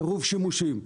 עירוב שימושים.